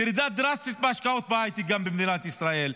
ירידה דרסטית בהשקעות בהייטק במדינת ישראל.